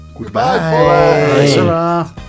Goodbye